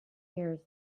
years